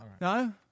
No